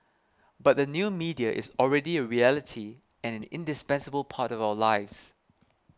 but the new media is already a reality and indispensable part of our lives